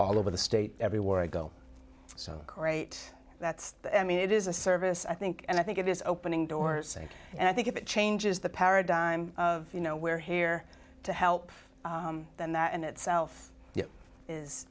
all over the state every word go so great that's i mean it is a service i think and i think it is opening doors and i think if it changes the paradigm of you know we're here to help then that in itself is